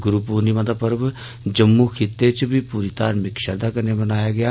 गुरू पूर्णिमा दा पर्व जम्मू खित्ते च बी पूरी धार्मिक श्रद्दा कन्नै मनाया गेआ